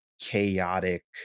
chaotic